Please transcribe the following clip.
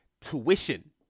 tuition